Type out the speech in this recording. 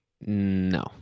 No